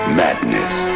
madness